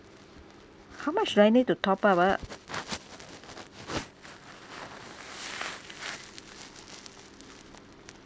how much do I need to top up ah